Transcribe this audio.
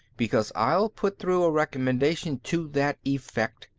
because i'll put through a recommendation to that effect,